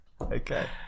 Okay